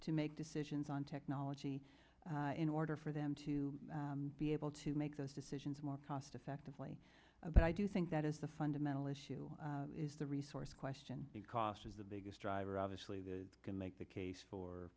to make decisions on technology in order for them to be able to make those decisions more cost effectively about i do think that is the fundamental issue is the resource question the cost is the biggest driver obviously they can make the case for